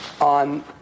on